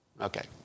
Okay